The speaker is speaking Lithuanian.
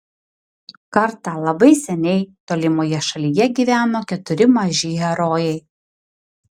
kartą labai seniai tolimoje šalyje gyveno keturi maži herojai